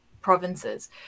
provinces